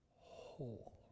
whole